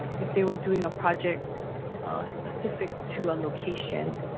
if they were doing a project specific to a location,